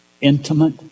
intimate